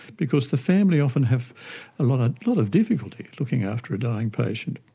because the family often have a lot of lot of difficulty looking after a dying patient.